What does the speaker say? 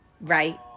Right